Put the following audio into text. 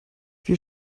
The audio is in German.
wir